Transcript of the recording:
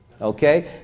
Okay